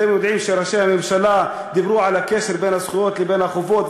אתם יודעים שראשי הממשלה דיברו על הקשר בין הזכויות לבין החובות,